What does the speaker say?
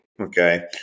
okay